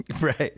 Right